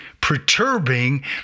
perturbing